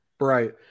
Right